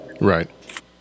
Right